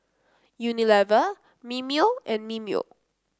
Unilever Mimeo and Mimeo